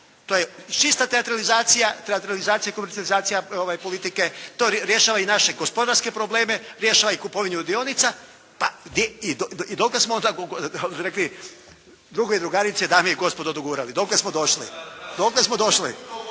To je čista teatralizacija, teatralizacija i komercijalizacija politike. To rješava i naše gospodarske probleme, rješava i kupovinu dionica. Pa i dokaz kako smo rekli drugovi i drugarice, dame i gospodo, dokle smo dogurali, dokle smo došli.